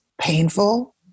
painful